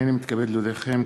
הנני מתכבד להודיעכם,